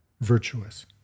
virtuous